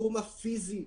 בתחום הפיזי,